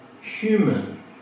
human